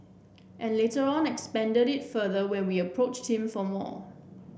and later on expanded it further when we will approached him for more